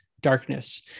darkness